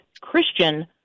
Christian